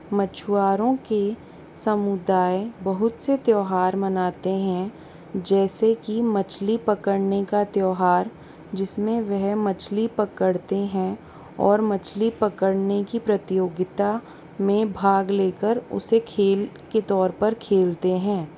मछुआरों के समुदाय बहुत से त्योहार मनाते हैं जैसे कि मछली पकड़ने का त्योहार जिसमे वह मछली पकड़ते हैं और मछली पकड़ने की प्रतियोगिता मे भाग लेकर उसे खेल के तौर पर खेलते है